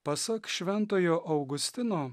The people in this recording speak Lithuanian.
pasak šventojo augustino